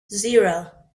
zero